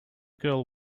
girl